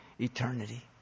Eternity